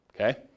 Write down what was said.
okay